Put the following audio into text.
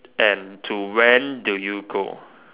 and to when do you go